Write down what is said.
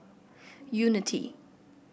unity